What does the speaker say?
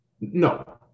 No